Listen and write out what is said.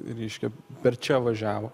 ryški per čia važiavo